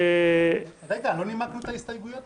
עכשיו אנחנו בדיון על עידן רול,